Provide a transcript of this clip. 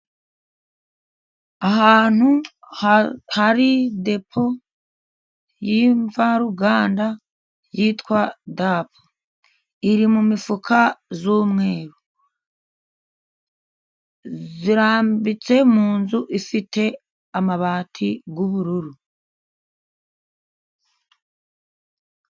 Ahantu hari depo y'imvaruganda yitwa dap, iri mu mifuka y'umweru, irambitse mu nzu ifite amabati y'ubururu.